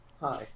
Hi